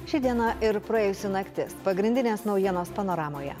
ši diena ir praėjusi naktis pagrindinės naujienos panoramoje